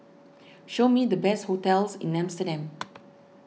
show me the best hotels in Amsterdam